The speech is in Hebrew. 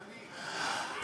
אני.